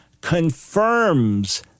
confirms